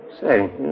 Say